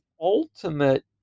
ultimate